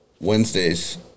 wednesdays